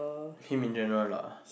him in general lah